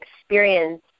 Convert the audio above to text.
experience